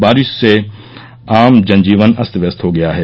बारिश से आम जनजीवन अस्त व्यस्त हो गया है